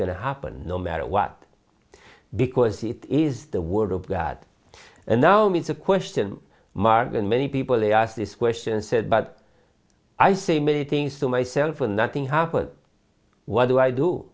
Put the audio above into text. going to happen no matter what because it is the word of god and now means a question mark and many people ask this question said but i see many things to myself and nothing happened what do i do